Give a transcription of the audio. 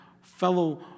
fellow